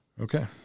Okay